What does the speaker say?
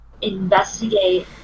investigate